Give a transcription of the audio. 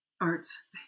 arts